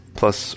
plus